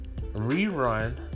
Rerun